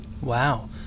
Wow